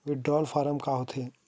Withdrawal form का होथे?